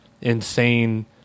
insane